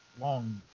long